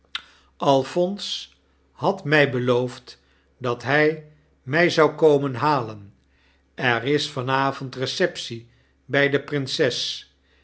alphonse had mij beloofd dat hij mij zou komen halen er is van avond receptie bij de prinses